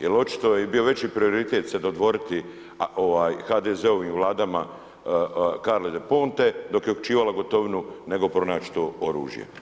Jer očito je bio veći prioritet se dodvoriti HDZ-ovim vladama Carli Del Ponte dok je uhićivala Gotovinu, nego pronaći to oružje.